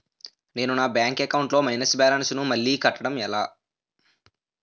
నేను నా bank account లొ మైనస్ బాలన్స్ ను మళ్ళీ కట్టడం ఎలా?